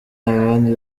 abandi